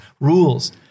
rules